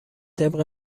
طبق